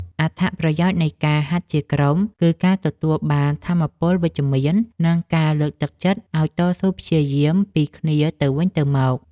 អត្ថប្រយោជន៍នៃការហាត់ជាក្រុម គឺការទទួលបានថាមពលវិជ្ជមាន និងការលើកទឹកចិត្តឱ្យតស៊ូព្យាយាមពីគ្នាទៅវិញទៅមក។